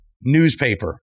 newspaper